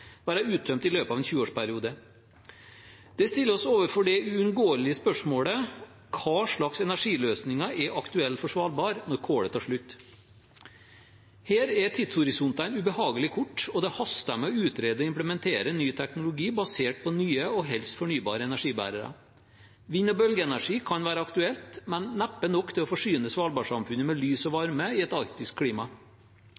være uttømt i løpet av en 20-årsperiode. Det stiller oss overfor det uunngåelige spørsmålet: Hva slags energiløsninger er aktuelle for Svalbard når kullet tar slutt? Her er tidshorisontene ubehagelig korte, og det haster med å utrede og implementere ny teknologi basert på nye og helst fornybare energibærere. Vind- og bølgeenergi kan være aktuelt, men neppe nok til å forsyne svalbardsamfunnet med lys og